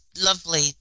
lovely